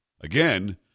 Again